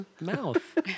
mouth